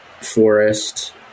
forest